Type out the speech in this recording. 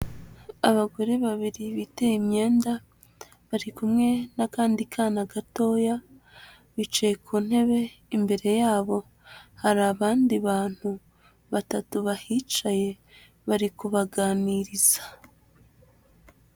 Abagore babiri biteye imyenda, bari kumwe n'akandi kana gatoya, bicaye ku ntebe, imbere yabo hari abandi bantu batatu bahicaye, bari kubaganiriza.